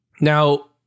Now